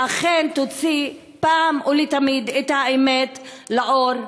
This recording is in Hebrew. שאכן תוציא אחת ולתמיד את האמת לאור,